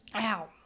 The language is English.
Ow